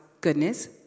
goodness